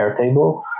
Airtable